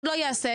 לא ייעשה.